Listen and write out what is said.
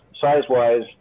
size-wise